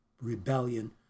rebellion